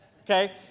Okay